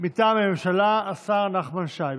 מטעם הממשלה השר נחמן שי.